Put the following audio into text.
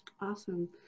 Awesome